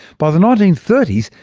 by the nineteen thirty s,